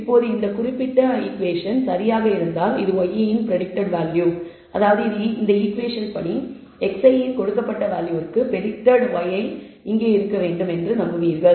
இப்போது இந்த குறிப்பிட்ட ஈகுவேஷன் சரியாக இருந்தால் இது y இன் பிரடிக்டட் வேல்யூ அதாவது இந்த ஈகுவேஷன் படி x i இன் கொடுக்கப்பட்ட வேல்யூவிற்கு பிரடிக்டட் y இங்கே இருக்க வேண்டும் என நம்புகிறீர்கள்